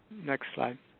next slide.